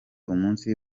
umunsi